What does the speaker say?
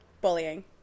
Bullying